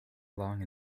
along